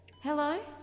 Hello